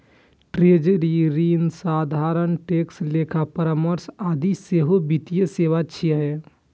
treasury, ऋण साधन, tax, लेखा परामर्श आदि सेहो वित्तीय सेवा छियै